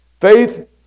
Faith